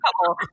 couple